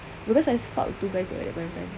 because I fuck with two guys [what] at that point of time